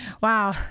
wow